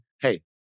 Hey